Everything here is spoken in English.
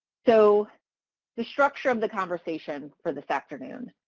so the structure of the conversation for this afternoon.